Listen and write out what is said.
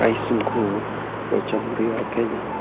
Rais mkuu wa jamhuri ya Kenya